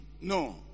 No